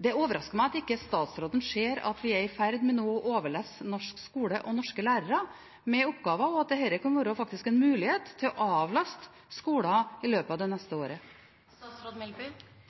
Det overrasker meg at statsråden ikke ser at vi er i ferd med å overlesse norsk skole og norske lærere med oppgaver, og at dette faktisk er en mulighet til å avlaste skolene i løpet av det neste